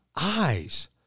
Eyes